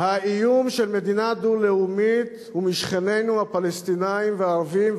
האיום של מדינה דו-לאומית הוא משכנינו הפלסטינים והערבים,